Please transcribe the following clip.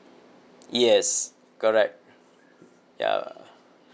yes correct ya